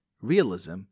realism